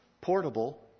portable